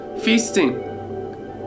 Feasting